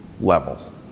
level